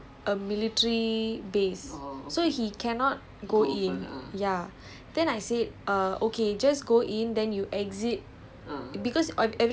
so so the road that he exited in ah it was going straight to a a military base so he cannot go in yeah